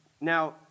Now